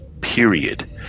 period